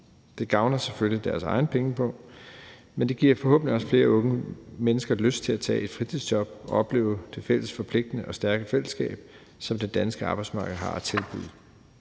Det gavner selvfølgelig deres egen pengepung, men det giver forhåbentlig også flere unge mennesker lyst til at tage et fritidsjob og opleve det fælles forpligtende og stærke fællesskab, som det danske arbejdsmarked har at tilbyde.